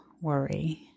worry